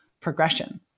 progression